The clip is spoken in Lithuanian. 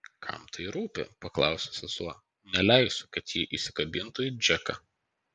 kam tai rūpi paklausė sesuo neleisiu kad ji įsikabintų į džeką